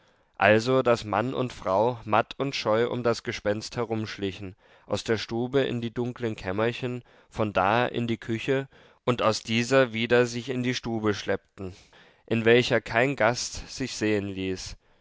also daß mann und frau matt und scheu um das gespenst herumschlichen aus der stube in die dunklen kämmerchen von da in die küche und aus dieser wieder sich in die stube schleppten in welcher kein gast sich sehen ließ